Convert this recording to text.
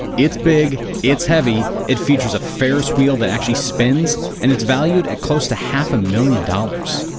it's big, it's heavy, it features a ferris wheel that actually spins and it's valued at close to half a million dollars.